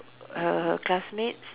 her her classmates